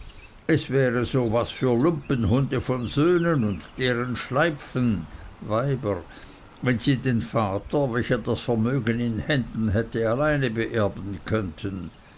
es wäre so was für lumpenhunde von söhnen und deren schleipfen wenn sie den vater welcher das vermögen in händen hätte alleine beerben könnten